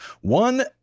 one